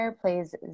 plays